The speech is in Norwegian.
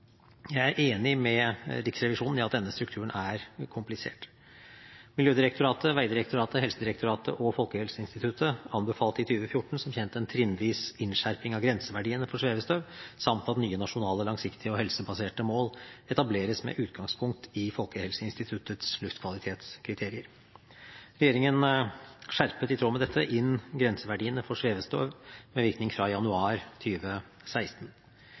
Jeg er enig med Riksrevisjonen i at denne strukturen er komplisert. Miljødirektoratet, Vegdirektoratet, Helsedirektoratet og Folkehelseinstituttet anbefalte i 2014 som kjent en trinnvis innskjerping av grenseverdiene for svevestøv samt at nye nasjonale langsiktige og helsebaserte mål etableres med utgangspunkt i Folkehelseinstituttets luftkvalitetskriterier. Regjeringen skjerpet i tråd med dette inn grenseverdiene for svevestøv med virkning fra januar